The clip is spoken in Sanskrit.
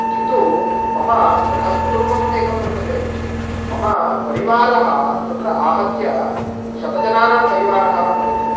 किन्तु मम बृहत् कुटुम्बम् एकं वर्तते मम परिवारः तत्र आहत्य शतजनानां परिवारः भवति